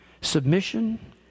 submission